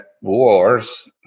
wars